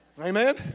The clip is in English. Amen